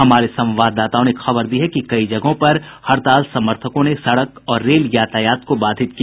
हमारे संवाददाताओं ने खबर दी है कि कई जगहों पर हड़ताल समर्थकों ने सड़क और रेल यातायात को बाधित किया